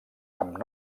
amb